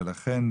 ולכן,